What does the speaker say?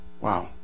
Wow